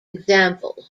examples